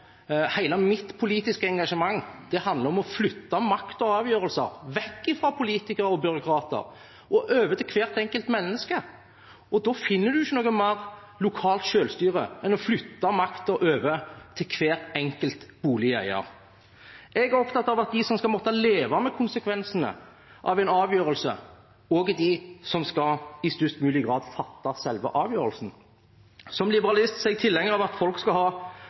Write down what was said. å flytte makt og avgjørelser vekk fra politikere og byråkrater og over til hvert enkelt menneske. Da finner man ikke noe mer lokalt selvstyre enn å flytte makten over til hver enkelt boligeier. Jeg er opptatt av at de som må leve med konsekvensene av en avgjørelse, også er de som i størst mulig grad skal fatte selve avgjørelsen. Som liberalist er jeg tilhenger av at folk skal